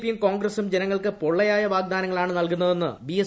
പിയും കോൺഗ്രസുട് ജ്നങ്ങൾക്ക് പൊള്ളയായ വാഗ്ദാനങ്ങളാണ് നൽകുന്നതെന്ന് ്ബീ എസ്